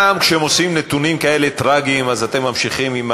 גם כשמוסרים נתונים כאלה טרגיים אתם ממשיכים?